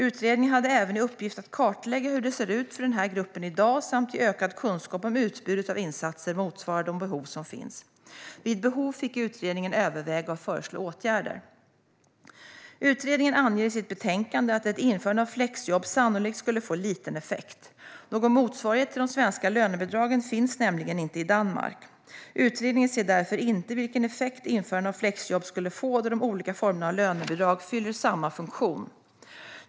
Utredningen hade även i uppgift att kartlägga hur det ser ut för den här gruppen i dag samt ge ökad kunskap om utbudet av insatser motsvarar de behov som finns. Vid behov fick utredningen överväga och föreslå åtgärder. Utredningen anger i sitt betänkande att införande av flexjobb sannolikt skulle få liten effekt. Någon motsvarighet till de svenska lönebidragen finns nämligen inte i Danmark. Utredningen ser därför inte vilken effekt införande av flexjobb skulle få, då de olika formerna av lönebidrag fyller samma funktion.